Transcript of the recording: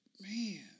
Man